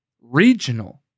regional